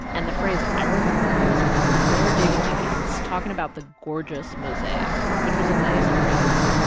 and the phrase i remember most is mayor david dinkins talking about the gorgeous mosaic, which was a nice phrase.